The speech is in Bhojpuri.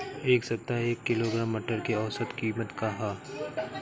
एक सप्ताह एक किलोग्राम मटर के औसत कीमत का ह?